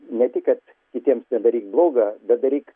ne tik kad kitiems nedaryk bloga bet daryk